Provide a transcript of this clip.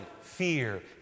fear